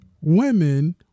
women